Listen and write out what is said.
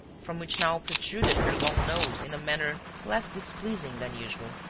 from which now protruded her long nose in a manner less displeasing than usual.